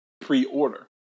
pre-order